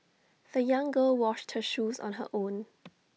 the young girl washed her shoes on her own